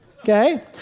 Okay